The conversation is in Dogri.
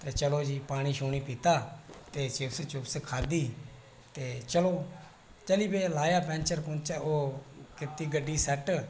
ते चलो जी पानी शानी पीता ते चिप्स चुप्स खाद्धी ते चलो चली पे लाया पैंचर बगैरा कीती गड्डी सैट्ट